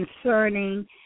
concerning